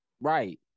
Right